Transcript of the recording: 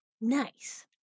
Nice